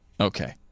Okay